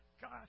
God